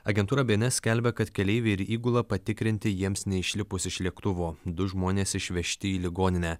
agentūra bns skelbia kad keleiviai ir įgula patikrinti jiems neišlipus iš lėktuvo du žmonės išvežti į ligoninę